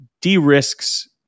de-risks